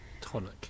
Tonic